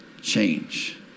change